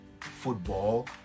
football